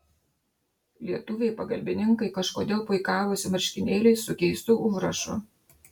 lietuviai pagalbininkai kažkodėl puikavosi marškinėliais su keistu užrašu